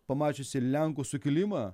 pamačiusi lenkų sukilimą